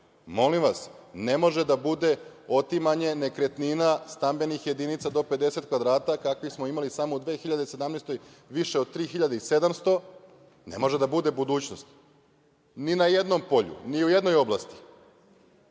Molim vas, ne može da bude otimanje nekretnina, stambenih jedinica do 50 kvadrata, kakva smo imali samo u 2017. godini, više od 3.700, ne može da bude budućnost, ni na jednom polju, ni u jednoj oblasti. Nemojte,